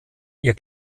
ihr